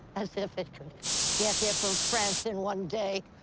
as if it could get here from france in one day.